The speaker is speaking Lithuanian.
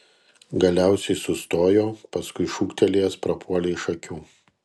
galiausiai sustojo paskui šūktelėjęs prapuolė iš akių